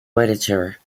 literature